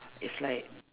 it's like